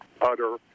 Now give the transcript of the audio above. utter